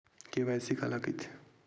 KYC काला कइथे?